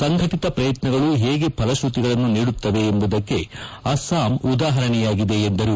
ಸಂಘಟತ ಶ್ರಯತ್ನಗಳು ಹೇಗೆ ಫಲಶೃತಿಗಳನ್ನು ನೀಡುತ್ತವೆ ಎಂಬುದಕ್ಕೆ ಅಸ್ಸಾಂ ಉದಾಹರಣೆಯಾಗಿದೆ ಎಂದರು